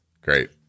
Great